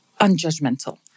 unjudgmental